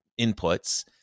inputs